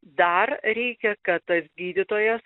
dar reikia kad tas gydytojas